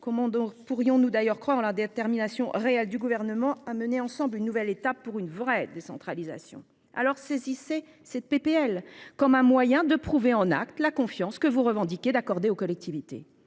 comment pourrions-nous croire en la détermination réelle du Gouvernement de « mener ensemble une nouvelle étape pour une vraie décentralisation »? Saisissez donc cette proposition de loi comme un moyen de prouver en actes la confiance que vous revendiquez d'accorder aux collectivités.